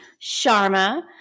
Sharma